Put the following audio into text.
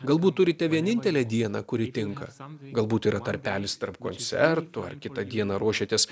galbūt turite vienintelę dieną kuri tinka galbūt yra tarpelis tarp koncertų ar kitą dieną ruošiatės